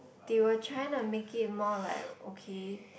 they were try on make it more like okay